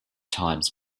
times